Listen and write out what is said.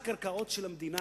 זה הפרטת הקרקעות,